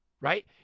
Right